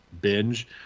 binge